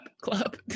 club